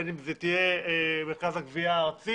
מרכז הגבייה,